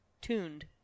tuned